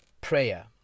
prayer